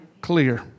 clear